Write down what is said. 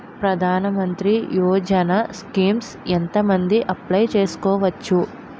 ప్రధాన మంత్రి యోజన స్కీమ్స్ ఎంత మంది అప్లయ్ చేసుకోవచ్చు?